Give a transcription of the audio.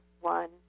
one